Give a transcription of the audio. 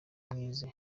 mwize